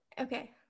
Okay